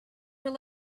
were